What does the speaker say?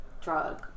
drug